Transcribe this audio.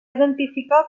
identificar